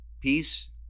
peace